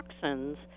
toxins